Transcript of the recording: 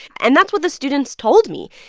and that's what the students told me.